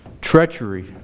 Treachery